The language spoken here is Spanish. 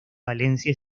valencia